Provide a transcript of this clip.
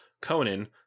Conan